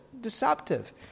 deceptive